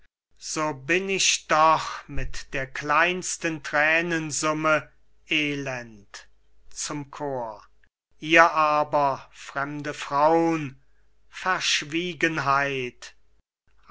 so bin ich doch mit der kleinsten thränensumme elend zum chor ihr aber fremde fraun verschwiegenheit